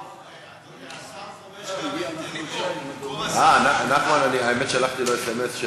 השר חובש את כובע, האמת, ששלחתי לו סמ"ס.